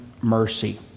mercy